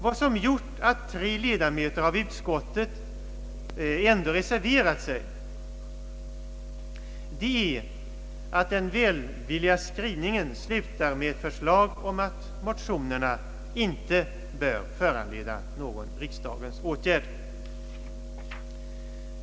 Vad som har gjort att tre ledamöter av utskottet ändå reserverat sig är att den välvilliga skrivningen slutar med förslag om att motionerna inte bör föranleda någon riksdagens åtgärd.